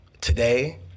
today